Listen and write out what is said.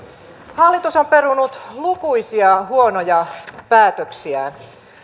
hallitus on perunut lukuisia huonoja päätöksiään